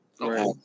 Right